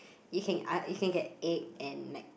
you can ei~ you can get egg and like